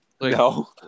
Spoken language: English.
No